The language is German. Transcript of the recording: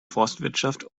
forstwirtschaft